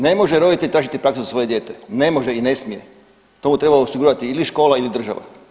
Ne može roditelj tražiti praksu za svoje dijete, ne može i ne smije, to mu treba osigurati ili škola ili država.